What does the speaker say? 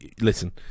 Listen